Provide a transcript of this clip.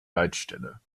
leitstelle